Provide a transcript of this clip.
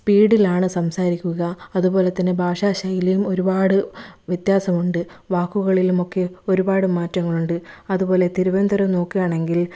സ്പീഡിലാണ് സംസാരിക്കുക അതുപോലെ തന്നെ ഭാഷാശൈലിയും ഒരുപാട് വ്യത്യാസമുണ്ട് വാക്കുകളിലുമൊക്കെ ഒരുപാട് മാറ്റങ്ങളുണ്ട് അതുപോലെ തിരുവനന്തപുരം നോക്കുകയാണെങ്കിൽ